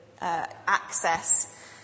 access